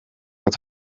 het